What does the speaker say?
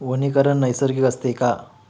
वनीकरण नैसर्गिक असते का?